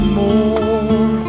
more